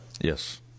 Yes